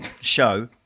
show